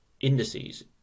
indices